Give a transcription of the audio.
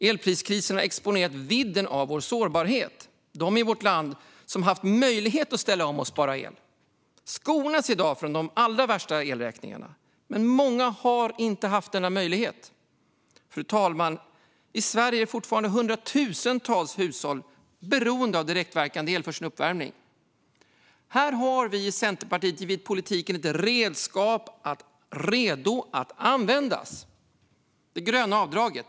Elpriskrisen har exponerat vidden av vår sårbarhet. De i vårt land som haft möjlighet att ställa om och spara el skonas i dag från de värsta elräkningarna. Men många har inte haft denna möjlighet. Fru talman! I Sverige är fortfarande hundratusentals hushåll beroende av direktverkande el för sin uppvärmning. Här har vi i Centerpartiet givit politiken ett redskap redo att användas: det gröna avdraget.